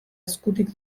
eskutik